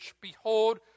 Behold